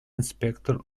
inspector